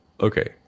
Okay